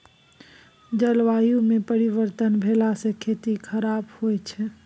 जलवायुमे परिवर्तन भेलासँ खेती खराप होए छै